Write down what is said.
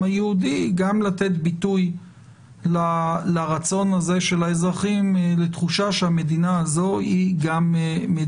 היהודי וגם לתת ביטוי לרצון של האזרחים ולתחושתם שהמדינה היא מדינתם.